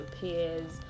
peers